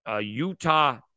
Utah